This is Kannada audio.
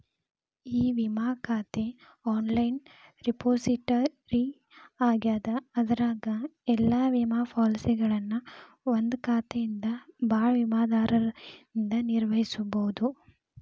ಇ ವಿಮಾ ಖಾತೆ ಆನ್ಲೈನ್ ರೆಪೊಸಿಟರಿ ಆಗ್ಯದ ಅದರಾಗ ಎಲ್ಲಾ ವಿಮಾ ಪಾಲಸಿಗಳನ್ನ ಒಂದಾ ಖಾತೆಯಿಂದ ಭಾಳ ವಿಮಾದಾರರಿಂದ ನಿರ್ವಹಿಸಬೋದು